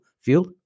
field